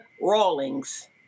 Rawlings